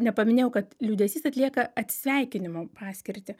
nepaminėjau kad liūdesys atlieka atsisveikinimo paskirtį